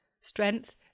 Strength